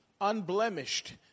unblemished